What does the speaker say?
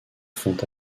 font